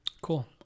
Cool